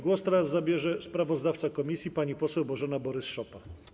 Głos teraz zabierze sprawozdawca komisji pani poseł Bożena Borys-Szopa.